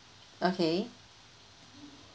okay